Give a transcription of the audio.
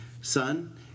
Son